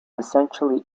essentially